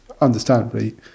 understandably